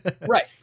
Right